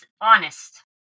honest